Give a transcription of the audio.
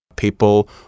People